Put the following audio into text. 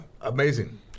Amazing